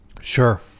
Sure